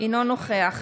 אינו נוכח